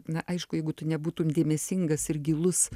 na aišku jeigu tu nebūtum dėmesingas ir gilus